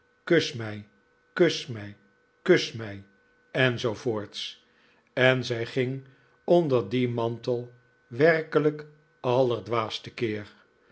kus mij kus mij kus mij en zoo voorts en zij ging onder dien mantel werkelijk allerdwaast te keer